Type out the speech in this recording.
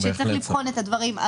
שצריך לבחון את הדברים.